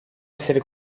essere